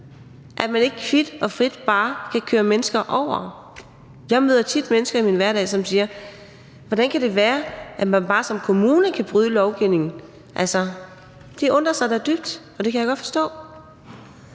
at man ikke bare kvit og frit kan køre mennesker over. Jeg møder tit mennesker i min hverdag, som siger: Hvordan kan det være, at man som kommune bare kan bryde lovgivningen? Altså, det undrer de sig da dybt over, og det kan jeg godt forstå.